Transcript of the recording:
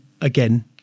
again